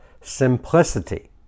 simplicity